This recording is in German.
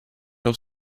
auf